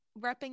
repping